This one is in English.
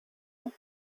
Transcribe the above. and